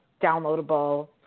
downloadable